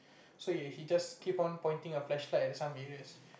so ya if he just keep on pointing your flashlight at some areas